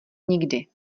nikdy